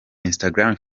instagram